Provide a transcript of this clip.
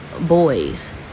boys